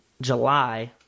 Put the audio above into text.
July